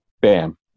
bam